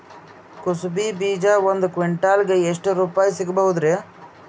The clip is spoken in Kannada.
ಕುಸಬಿ ಬೀಜ ಒಂದ್ ಕ್ವಿಂಟಾಲ್ ಗೆ ಎಷ್ಟುರುಪಾಯಿ ಸಿಗಬಹುದುರೀ?